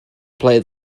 play